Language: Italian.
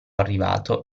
arrivato